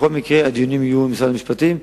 בכל מקרה, הדיונים יהיו במשרד המשפטים.